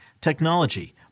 technology